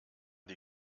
die